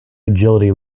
agility